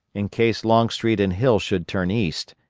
in case longstreet and hill should turn east,